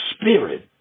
Spirit